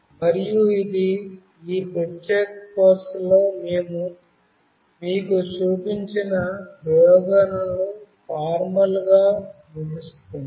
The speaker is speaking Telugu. మరియు ఇది ఈ ప్రత్యేక కోర్సులో మేము మీకు చూపించిన ప్రయోగాలను ఫార్మల్ గా ముగుస్తుంది